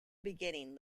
beginning